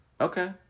Okay